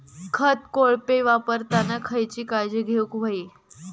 खत कोळपे वापरताना खयची काळजी घेऊक व्हयी?